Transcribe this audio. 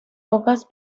pocas